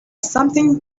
something